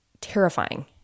terrifying